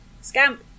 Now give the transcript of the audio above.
Scamp